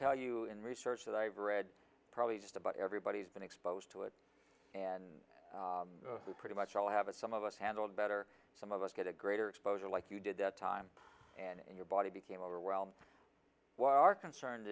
tell you in research that i've read probably just about everybody's been exposed to it and who pretty much all have it some of us handled better some of us get a greater exposure like you did that time and your body became overwhelmed why our concern